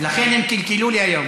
לכן הם קלקלו לי היום.